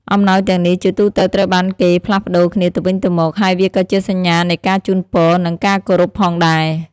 អំណោយទាំងនេះជាទូទៅត្រូវបានគេផ្លាស់ប្តូរគ្នាទៅវិញទៅមក ហើយវាក៏ជាសញ្ញានៃការជូនពរ និងការគោរពផងដែរ។